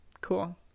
Cool